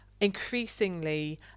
increasingly